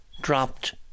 dropped